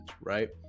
right